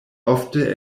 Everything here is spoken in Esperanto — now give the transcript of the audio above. ofte